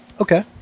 Okay